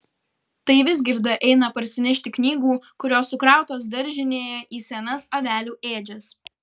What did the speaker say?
tai vizgirda eina parsinešti knygų kurios sukrautos daržinėje į senas avelių ėdžias